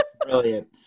Brilliant